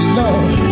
love